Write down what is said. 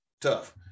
tough